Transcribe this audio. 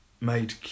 Made